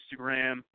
Instagram